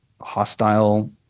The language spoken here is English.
hostile